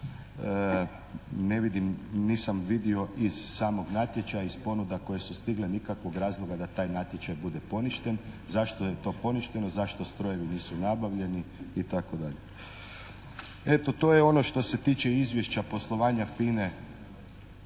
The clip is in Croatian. Ne vidim, nisam vidio iz samog natječaja, iz ponuda koje su stigle nikakvog razloga da taj natječaj bude poništen. Zašto je to poništeno, zašto strojevi nisu nabavljeni itd.? Eto to je ono što se tiče izvješća poslovanja FINA-e